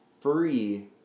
free